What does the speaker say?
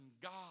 God